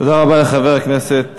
תודה רבה לחבר הכנסת